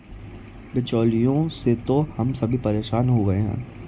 बिचौलियों से तो हम सभी परेशान हो गए हैं